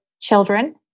children